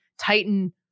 tighten